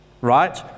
right